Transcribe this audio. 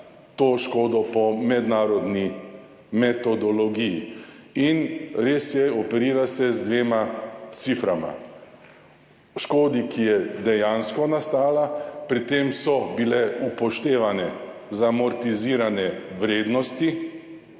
to škodo po mednarodni metodologiji. In res je, operira se z dvema ciframa. Škodi, ki je dejansko nastala, pri tem so bile upoštevane amortizirane vrednosti,